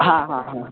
हा हा हा